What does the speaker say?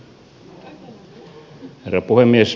herra puhemies